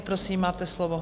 Prosím, máte slovo.